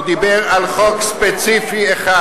הוא דיבר על חוק ספציפי אחד.